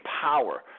power